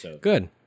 Good